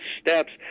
steps